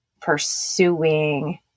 pursuing